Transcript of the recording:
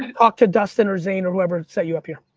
talk to dustin, or zain, or whoever, to set you up here.